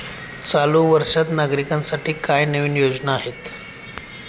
चालू वर्षात नागरिकांसाठी काय नवीन योजना आहेत?